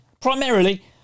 primarily